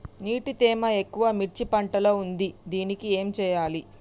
నీటి తేమ ఎక్కువ మిర్చి పంట లో ఉంది దీనికి ఏం చేయాలి?